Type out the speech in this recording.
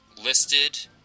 listed